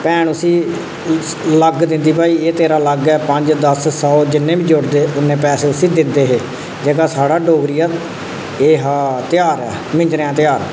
भैन उसी लग्ग दिंदी भाई एह् तेरी लग्ग ऐ पंज दस सौ जिन्ने बी जुड़दे इन्ने पैसे उसी दिंदे हे जेह्का साढ़ा डोगरें दा एह् हा तेहार हा मिंजंरे दा तेहार